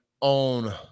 on